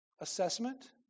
assessment